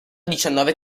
diciannove